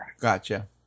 Gotcha